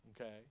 Okay